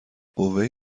قوه